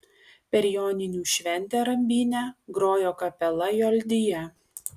per joninių šventę rambyne grojo kapela joldija